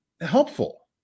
helpful